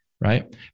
right